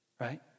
right